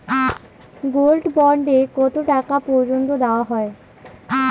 Gold bond এ কতো টাকা পর্যন্ত দেওয়া হয়?